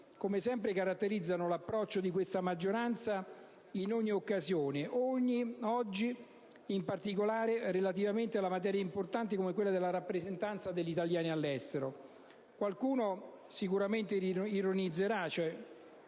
come sempre, caratterizzano l'approccio di questa maggioranza in ogni occasione, oggi in particolare relativamente ad una materia importante come quella della rappresentanza degli italiani all'estero. Qualcuno potrà ironizzare